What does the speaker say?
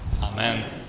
Amen